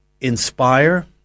inspire